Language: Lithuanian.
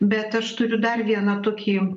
bet aš turiu dar vieną tokį